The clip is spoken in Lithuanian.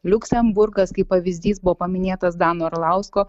liuksemburgas kaip pavyzdys buvo paminėtas dano arlausko